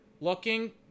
Looking